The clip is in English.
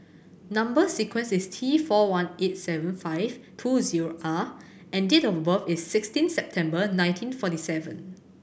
number sequence is T four one eighty seven five two zero R and date of birth is sixteen September nineteen forty seven